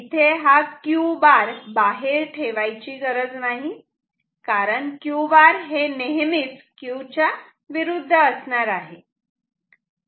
इथे Q bar बाहेर ठेवायची गरज नाही कारण Q बार हे नेहमीच Q च्या विरुद्ध असणार आहे